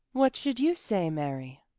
what should you say, mary?